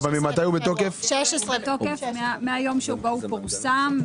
הוא בתוקף מיום 16.2.23, מהיום שבו פורסם.